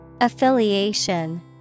Affiliation